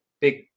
big